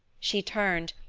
she turned,